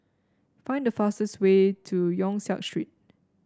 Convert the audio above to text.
find the fastest way to Yong Siak Street